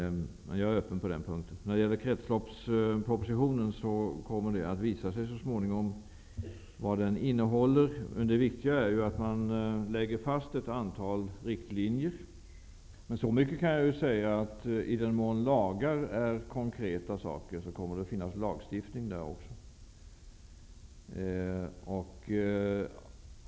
Jag är öppen på den punkten. Det kommer att visa sig så småningom vad kretsloppspropositionen innehåller. Det viktiga är att vi lägger fast ett antal riktlinjer. I den mån lagar är konkreta saker, kommer det att finns lagstiftning också.